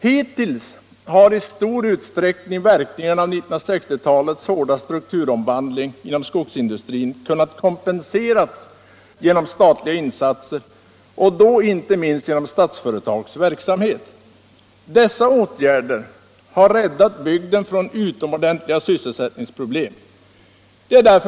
Hittills har i stor utsträckning verkningar av 1960-talets hårda strukturomvandling inom skogsindustrin kunnat kompenseras genom statliga insatser och då inte minst genom Statsföretags verksamhet. Dessa åtgärder har räddat bygden från utomordentliga sysselsättningsproblem.